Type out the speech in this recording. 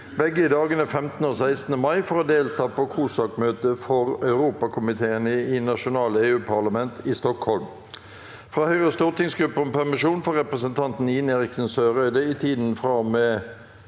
begge i dagene 15. og 16. mai for å delta på COSAC-møte for europakomiteene i nasjonale EU-parlament i Stockholm – fra Høyres stortingsgruppe om permisjon for representanten Ine Eriksen Søreide i tiden fra og med